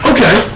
Okay